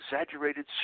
exaggerated